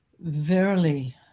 Verily